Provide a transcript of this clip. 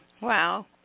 Wow